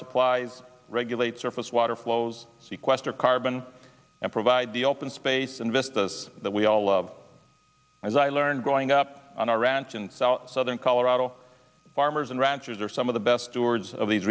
supplies regulate surface water flows sequester carbon and provide the open space invest that we all love as i learned growing up on our ranch in southern colorado farmers and ranchers are some of the best towards of these